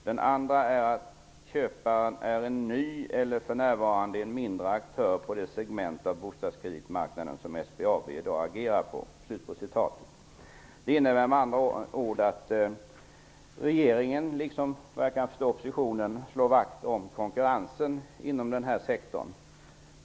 Den andra är att köparen är en ny eller för närvarande en mindre aktör på det segment av bostadskreditmarknaden som SBAB i dag agerar på.'' Det innebär att regeringen -- liksom oppositionen enligt vad jag kan förstå -- slår vakt om konkurrensen inom den här sektorn.